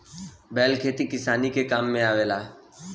बैल खेती किसानी के काम में आवेला